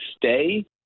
stay